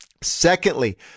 secondly